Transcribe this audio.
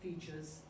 features